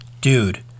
Dude